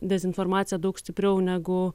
dezinformacija daug stipriau negu